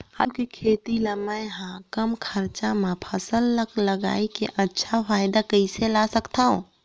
आलू के खेती ला मै ह कम खरचा मा फसल ला लगई के अच्छा फायदा कइसे ला सकथव?